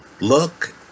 look